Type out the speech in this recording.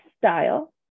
style